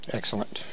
Excellent